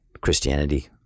Christianity